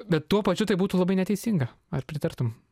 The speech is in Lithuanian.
bet tuo pačiu tai būtų labai neteisinga ar pritartum